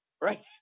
Right